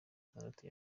atandatu